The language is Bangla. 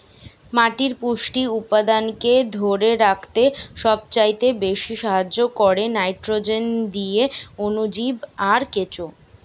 মাটির পুষ্টি উপাদানকে ধোরে রাখতে সবচাইতে বেশী সাহায্য কোরে নাইট্রোজেন দিয়ে অণুজীব আর কেঁচো